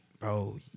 bro